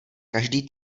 každý